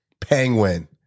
Penguin